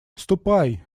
ступай